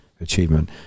achievement